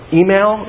email